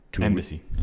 Embassy